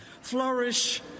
flourish